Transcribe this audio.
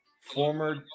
former